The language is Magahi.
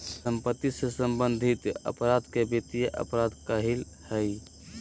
सम्पत्ति से सम्बन्धित अपराध के वित्तीय अपराध कहइ हइ